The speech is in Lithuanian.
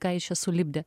ką jis čia sulipdė